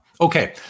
Okay